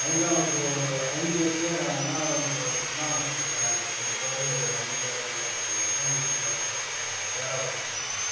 ஐந்தாம் வகுப்பு ஐஞ்சு வயதில் நான் ஒன்னாம் ஒன்றாம் வகுப்பு படித்தேன் அதுக்கு பிறகு அஞ்சாம் கிளாஸுக்கு எலிமெண்டரி ஸ்கூலில் பேராவூரில் படித்தேன்